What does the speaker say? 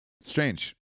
Strange